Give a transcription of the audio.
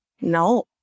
no